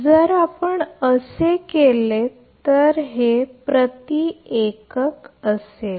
जर आपण असे केले तर हे प्रति युनिट असेल